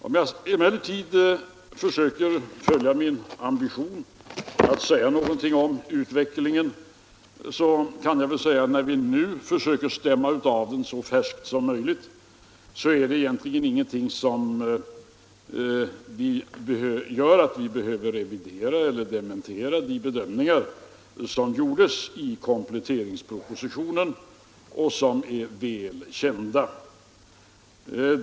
Om jag emellertid försöker följa min ambition att tala något om utvecklingen så kan jag väl säga att när vi nu försöker stämma av den så färskt som möjligt är det egentligen ingenting som gör att vi behöver revidera eller dementera de bedömningar som gjordes i kompletteringspropositionen och som är väl kända.